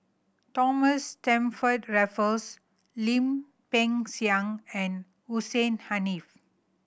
Thomas Stamford Raffles Lim Peng Siang and Hussein Haniff